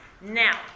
now